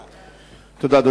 תודה.